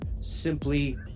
simply